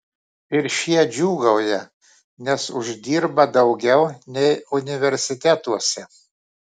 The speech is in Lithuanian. ir šie džiūgauja nes uždirba daugiau nei universitetuose